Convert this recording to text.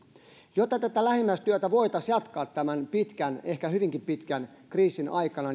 jotta tätä lähimmäistyötä voitaisiin jatkaa tämän pitkän ehkä hyvinkin pitkän kriisin aikana